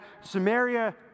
Samaria